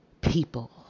people